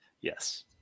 Yes